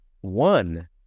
one